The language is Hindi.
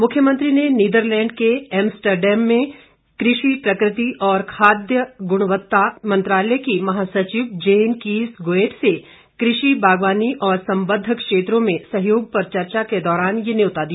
मुरव्यमंत्री ने निदरलैंड के एमस्टरडैम में कृषि प्रकृति और खाद्य गुणवत्ता मंत्रालय की महासचिव जेन कीस गोएट से कृषि बागवानी और संबंद्व क्षेत्रों में सहयोग पर चर्चा के दौरान ये न्यौता दिया